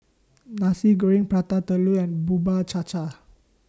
Nasi Goreng Prata Telur and Bubur Cha Cha